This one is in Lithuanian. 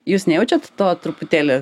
jūs nejaučiat to truputėlį